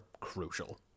crucial